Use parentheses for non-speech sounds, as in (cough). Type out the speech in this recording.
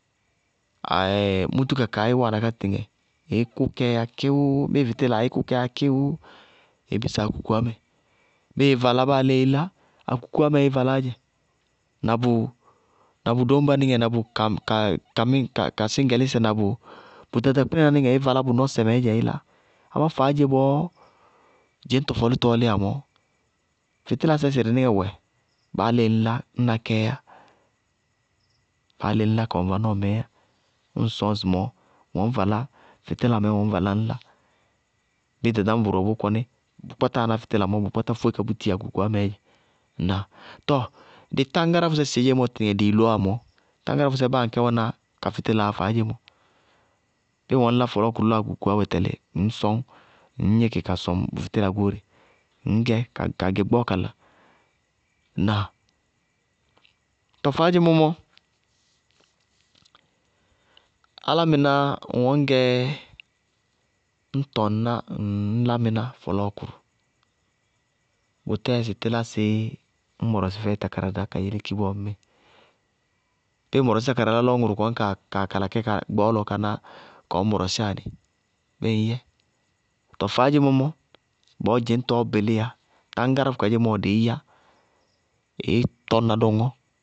(hesitation) mútúka kaáyé wáana ká tɩɩtɩŋɛ ɩɩ kʋ kɛɛyá kɩwʋʋʋ bíɩ fɩtíla ɩí kʋ kɛɛyá kɩwʋʋʋ ɩɩ bɩsá akukuwá mɛ bíɩ ɩí valá báa léé ɩí lá akukuwá mɛɛ ɩí valáá dzɛ na bʋ dóñba nɩŋɛ na bʋ kasɩñgɛlɩsɛ na mʋ ɖaɖakɩpnaná nɩŋɛ ɩɩ valá bʋ nɔsɛmɛ ɩɩ lá, amá faádze bɔɔ dzɩñtɔ fɔlɩtɔɔ lɩyá mɔɔ, fɩtɩlasɛ sɩrɩnɩŋɛ wɛ, báa léé ŋñ lá ñna kɛɛ yá, báa léé ŋñ lá, kawɛ ŋ vanɔɔmɛɛ yá. Ñŋ ŋ sɔñ ŋsɩmɔɔ ŋñ lá, fɩtíla mɛɛ ŋñ valá ŋñ lá bíɩ ɖaɖañbɔ bʋʋ wɛ bʋʋ kɔnɩ. bʋ kpátáa ná fɩtɩla mɔɔ bʋʋ kpáta fóe ka búti akukuwá mɛɛ dzɛ, ŋnáa? Tɔɔ dɩ táñgáráfʋsɛ dedzémɔ tɩtɩŋɛ dɩɩ loówá mɔɔ, táñgáráfʋsɛ báa aŋkɛ wɛná ka fɩtɩlaá yá faádzemɔ, bíɩ ŋwɛ ŋñ lá fɔlɔɔkʋrʋ lɔ akukuwá wɛ tɛlɩ ŋñ sɔñ, ŋñ gnɩkɩ ka gɛ fɩtɩla goóre, ŋñ gɛ ka gɛ gbɔɔ kala. Ŋnáa? Tɔɔ faádzemɔ mɔ ŋwɛ ŋñ gɛ ñ tɔŋná ŋñlámɩná fɔlɔɔkʋrʋ, bʋtɛɛ sɩ tílásɩí ñ mɔrɔsɩ fɛɩ tákáradá ka yéléki bɔɔ ŋmíɩ? Bíɩ ŋ mɔrɔsí tákáradáá lɔ ŋʋrʋ kɔñ kaa kala kɛ gbɔɔlɔ ka ná kɔɔ ñ mɔrɔsɩyá nɩ, béé ŋñ yɛ? Tɔɔ faádzemɔ mɔ, bɔɔ dzɩñtɔɔ bɩlɩyá, táñgáráfʋ kadzémɔ dɩɩ yá, ɩɩ tɔñna dɔŋɔ.